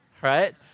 right